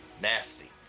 nasty